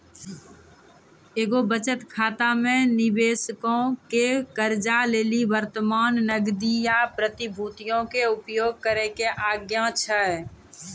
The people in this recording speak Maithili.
एगो बचत खाता मे निबेशको के कर्जा लेली वर्तमान नगदी या प्रतिभूतियो के उपयोग करै के आज्ञा छै